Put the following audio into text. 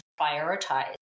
prioritize